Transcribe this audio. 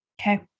okay